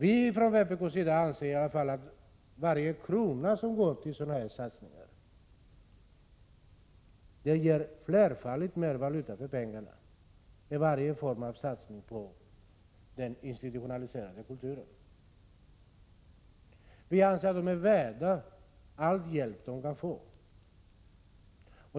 Vi från vpk anser att varje krona som går till sådana här satsningar ger flerfaldigt mer valuta för pengarna än varje form av satsning på den institutionaliserade kulturen. Vi anser att dessa ungdomar är värda all den hjälp de kan få.